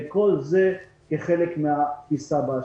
וכל זה כחלק מהתפיסה.